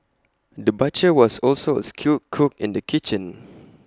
the butcher was also A skilled cook in the kitchen